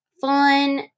fun